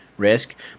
Risk